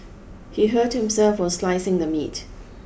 he hurt himself while slicing the meat